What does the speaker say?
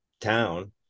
town